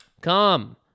come